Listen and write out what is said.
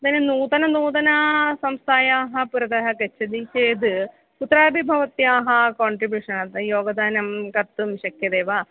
इदानीं नूतननूतनायाः संस्थायाः पुरतः गच्छति चेत् कुत्रापि भवत्याः काण्ट्रिब्यूषन् योगदानं कर्तुं शक्यते वा